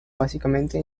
básicamente